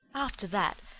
after that,